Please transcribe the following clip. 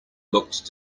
looked